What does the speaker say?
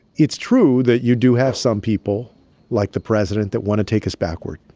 it's true that you do have some people like the president that want to take us backward.